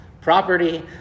property